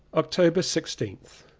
october sixteenth.